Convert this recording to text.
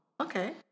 okay